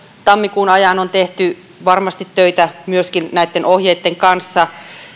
tammikuun ajan on tehty varmasti töitä myöskin näitten ohjeitten kanssa